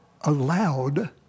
allowed